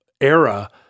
era